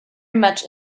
much